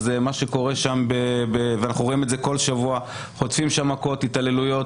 אז אנחנו רואים כל שבוע שחוטפים שם מכות והתעללויות.